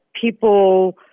people